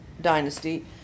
dynasty